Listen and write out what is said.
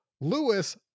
Lewis